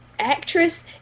Actress